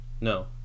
No